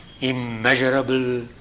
immeasurable